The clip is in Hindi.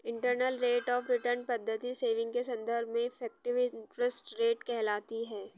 इंटरनल रेट आफ रिटर्न पद्धति सेविंग के संदर्भ में इफेक्टिव इंटरेस्ट रेट कहलाती है